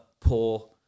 poor